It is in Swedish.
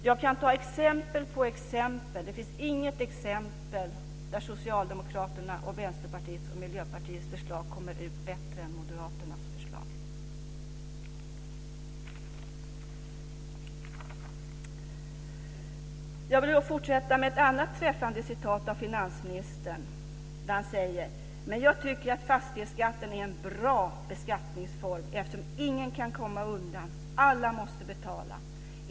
Jag kan ta exempel på exempel. Det finns inget exempel där Socialdemokraternas, Vänsterpartiets och Miljöpartiets förslag kommer ut bättre än Moderaternas förslag. Jag vill fortsätta med ett annat träffande citat av finansministern: "Men jag tycker att fastighetsskatten är en bra beskattningsform, eftersom ingen kan komma undan, alla måste betala.